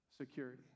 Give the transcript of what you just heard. security